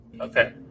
okay